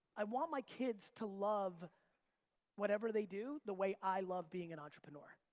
i want my kids to love whatever they do the way i love being an entrepreneur.